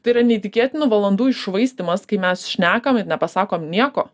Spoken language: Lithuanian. tai yra neįtikėtinų valandų iššvaistymas kai mes šnekam nepasakom nieko